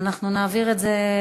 אנחנו נעביר את זה,